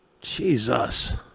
Jesus